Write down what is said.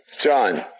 John